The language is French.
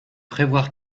prévoir